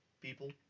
people